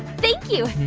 thank you.